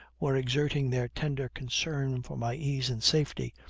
were exerting their tender concern for my ease and safety,